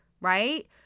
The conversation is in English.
right